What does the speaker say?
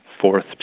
fourth